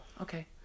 okay